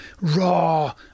raw